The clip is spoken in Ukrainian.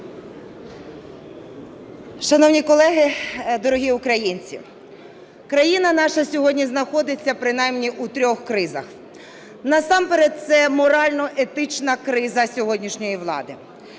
Шановні колеги, дорогі українці! Країна наша сьогодні знаходиться принаймні у трьох кризах. Насамперед це морально-етична криза сьогоднішньої влади.